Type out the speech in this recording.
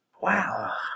Wow